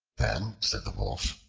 then said the wolf,